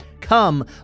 Come